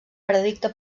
veredicte